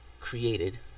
created